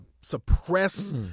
suppress